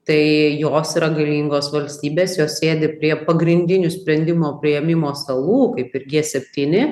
tai jos yra galingos valstybės jos sėdi prie pagrindinių sprendimo priėmimo stalų kaip ir gie septyni